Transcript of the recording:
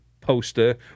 poster